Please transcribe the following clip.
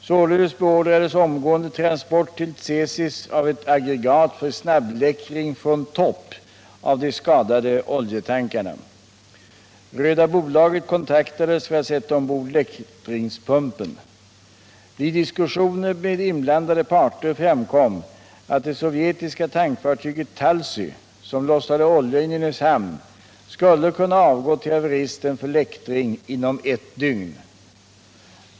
Således beordrades omgående transport till Tsesis av ett aggregat för snabbläktring ”från topp” av de skadade oljetankarna. Röda Bolaget kontaktades för att sätta ombord läktringspumpen. Vid diskussioner med inblandade parter framkom att det sovjetiska tankfartyget Talsy, som lossade olja i Nynäshamn, skulle kunna avgå till haveristen för läktring inom ett dygn.